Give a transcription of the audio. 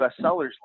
bestsellers